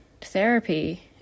therapy